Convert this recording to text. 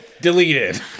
Deleted